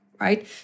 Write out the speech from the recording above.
right